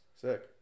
Sick